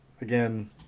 again